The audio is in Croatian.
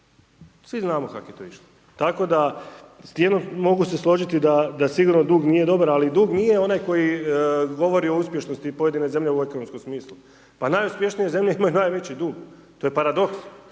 Svi znamo kako je to išlo. Tako da mogu se složiti da sigurno dug nije dobar. Ali dug nije onaj koji govori o uspješnosti pojedine zemlje u ekonomskom smislu. Pa najuspješnije zemlje imaju najveći dug. To je paradoks,